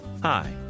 Hi